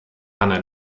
einer